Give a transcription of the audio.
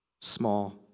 small